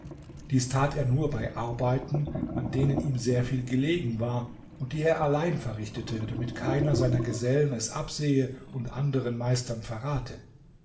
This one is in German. dies tat er nur bei arbeiten an denen ihm sehr viel gelegen war und die er allein verrichtete damit keiner seiner gesellen es absehe und anderen meistem verrate